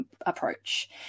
approach